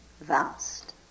vast